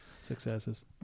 successes